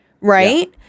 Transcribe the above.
right